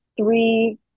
three